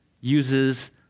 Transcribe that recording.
uses